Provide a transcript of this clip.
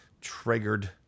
triggered